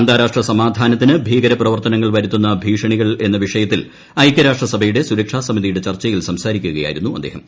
അന്താരാഷ്ട്ര ഭീകര പ്രവർത്തനങ്ങൾ വരുത്തുന്ന ഭീഷണികൾ എന്ന വിഷയത്തിൽ ഐകൃരാഷ്ട്രസഭയുടെ സുരക്ഷാസമിതിയുടെ ചർച്ചയിൽ സംസാരിക്കുകയായിരുന്നു അദ്ദേഹം